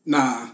Nah